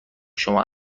شما